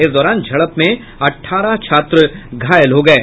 इस दौरान झड़प में अठारह छात्र घायल हो गये